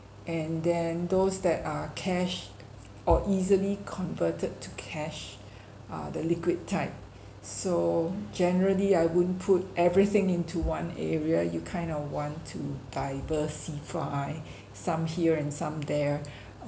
and then those that are cash or easily converted to cash are the liquid type so generally I won't put everything into one area you kind of want to diversify some here and some there